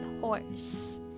horse